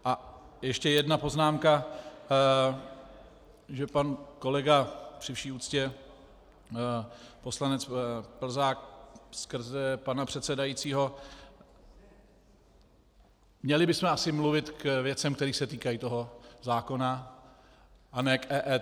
A ještě jedna poznámka, že pan kolega při vší úctě, poslanec Plzák, skrze pana předsedajícího měli bychom asi mluvit k věcem, které se týkají toho zákona, a ne k EET.